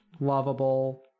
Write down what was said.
lovable